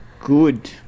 good